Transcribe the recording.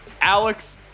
alex